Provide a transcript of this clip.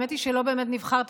האמת היא שלא באמת נבחרת.